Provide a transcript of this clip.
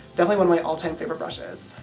definitely one of my all time favourite brushes.